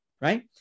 right